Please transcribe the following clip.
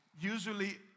usually